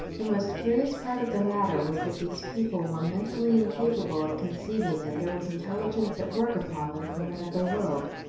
the most curious part of the matter was that these people were mentally incapable of conceiving that there was intelligence at work upon them from another world,